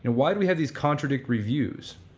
and why do we had this contradictory views?